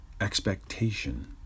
expectation